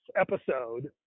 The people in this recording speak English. episode